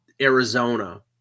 Arizona